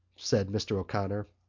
said mr. o'connor.